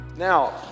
Now